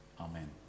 Amen